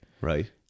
right